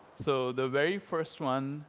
so the very first one,